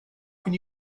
can